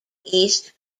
east